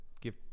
give